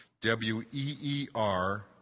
W-E-E-R